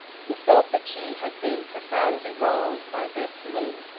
he felt that she had been profoundly wronged by destiny,